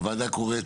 הוועדה קוראת